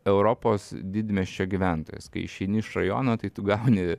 europos didmiesčio gyventojas kai išeini iš rajono tai tu gauni